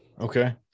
okay